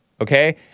okay